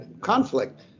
conflict